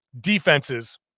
defenses